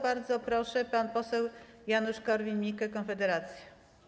Bardzo proszę, pan poseł Janusz Korwin-Mikke, Konfederacja.